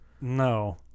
no